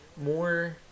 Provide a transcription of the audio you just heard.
more